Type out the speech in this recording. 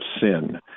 sin